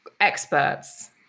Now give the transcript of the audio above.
experts